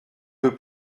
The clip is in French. peu